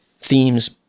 themes